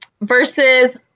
Versus